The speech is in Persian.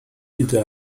دیده